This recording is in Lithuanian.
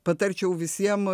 patarčiau visiem